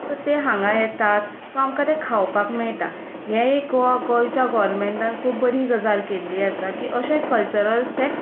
so ते हांगा येतात सो आमकां तें खावपाक मेळटा हें एक गोंयच्या गव्हरमेंटान खूब बरी गजाल केल्ली आसा की अशे कल्चरल ते